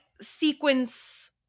Sequence